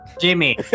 Jimmy